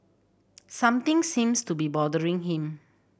something seems to be bothering him